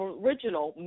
original